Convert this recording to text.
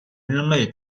人类